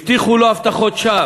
הבטיחו לו הבטחות שווא,